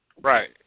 Right